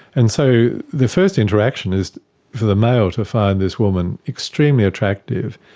and so the first interaction is for the male to find this woman extremely attractive,